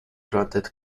granted